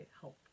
help